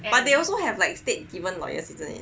but they also have like state given lawyers isn't it